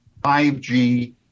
5G